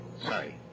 Sorry